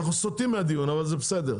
סוטים מהדיון אבל זה בסדר.